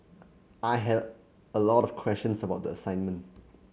I had a lot of questions about the assignment